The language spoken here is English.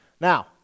now